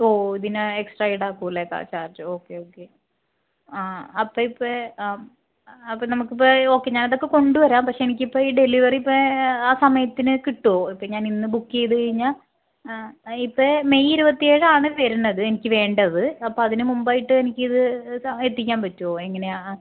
ഓ ഇതിന് എക്സ്ട്രാ ഈടാക്കുവല്ലേ കാ ചാർജ്ജ് ഓക്കെ ഓക്കെ ആ അപ്പയിപ്പം ആ അപ്പം നമുക്കിപ്പോൾ ഓക്കെ ഞാനിതക്കെ കൊണ്ട്വരാം പക്ഷേ എനിക്കിപ്പോൾ ഡെലിവെറി ഇപ്പോൾ ആ സമയത്തിന് കിട്ട്വോ ഇപ്പോൾ ഞാനിന്ന് ബുക്ക് ചെയ്ത് കഴിഞ്ഞാൽ ഇപ്പം മെയ് ഇരുപത്തിയേഴാണ് വരണത് എനിക്ക് വേണ്ടത് അപ്പം അതിന് മുമ്പായ്ട്ട് എനിക്കിത് എത്തിക്കാൻ പറ്റോ എങ്ങനെയാണ്